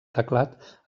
teclat